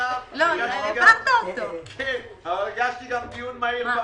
גם דיון מהיר במליאה.